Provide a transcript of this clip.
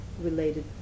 related